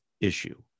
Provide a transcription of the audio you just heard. issue